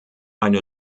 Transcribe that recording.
eine